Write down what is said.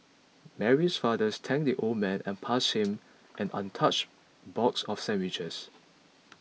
Mary's father thanked the old man and passed him an untouched box of sandwiches